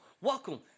welcome